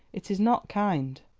it is not kind.